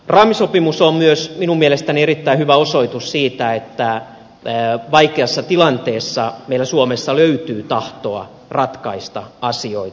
raamisopimus on myös minun mielestäni erittäin hyvä osoitus siitä että vaikeassa tilanteessa meillä suomessa löytyy tahtoa ratkaista asioita